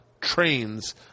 trains